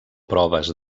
proves